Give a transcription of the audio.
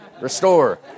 restore